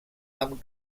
amb